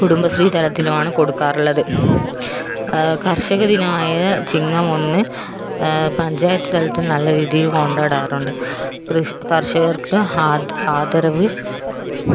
കുടുംബശ്രീ തലത്തിലുമാണ് കൊടുക്കാറുള്ളത് കർഷകദിനമായ ചിങ്ങം ഒന്ന് പഞ്ചായത്ത് തലത്തിൽ നല്ല രീതിയിൽ കൊണ്ടാടാറുണ്ട് ക്രി കർഷകർക്ക് ഹാ ആദരവ്